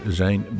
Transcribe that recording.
zijn